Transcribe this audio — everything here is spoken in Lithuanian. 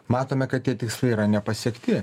matome kad tie tikslai yra nepasiekti